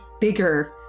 bigger